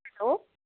hello